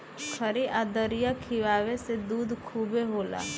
खरी आ दरिया खिआवे से दूध खूबे होला